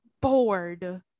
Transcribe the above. Bored